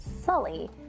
Sully